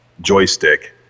joystick